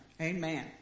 Amen